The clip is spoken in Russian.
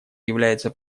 является